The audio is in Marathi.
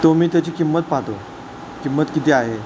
तो मी त्याची किंमत पाहतो किंमत किती आहे